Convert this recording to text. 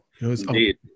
indeed